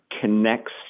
connects